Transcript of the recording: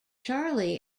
charlie